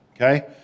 Okay